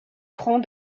prend